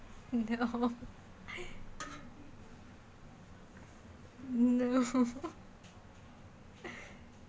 no no